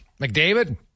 McDavid